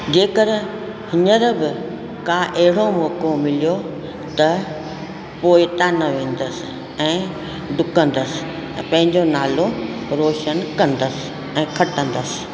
जेकर हींअर बि का अहिड़ो मौक़ो मिलियो त पोए तव्हां न वेंदसि ऐं ॾुकंदसि ऐं पंहिंजो नालो रोशन कंदसि ऐं खटंदसि